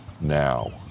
now